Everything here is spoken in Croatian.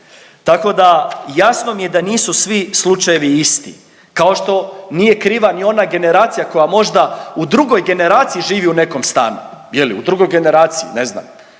Tako da jasno mi je da nisu svi slučajevi isti kao što nije kriva ni ona generacija koja možda u drugoj generaciji živi u nekom stanu, je li. U drugoj generaciji, ne znam.